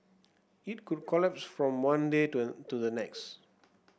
it could collapse from one day to to the next